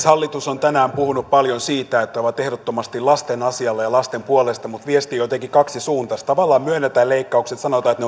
hallitus on tänään puhunut paljon siitä että ovat ehdottomasti lasten asialla ja lasten puolesta mutta viesti on jotenkin kaksisuuntaista tavallaan myönnetään leikkaukset sanotaan että ne ovat